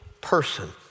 person